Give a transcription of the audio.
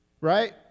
Right